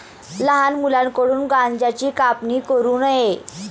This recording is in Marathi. लहान मुलांकडून गांज्याची कापणी करू नये